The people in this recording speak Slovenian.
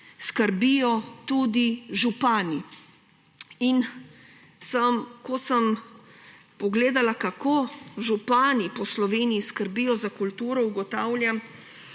skrbijo tudi župani. Ko sem pogledala, kako župani po Sloveniji skrbijo za kulturo, ugotavljam,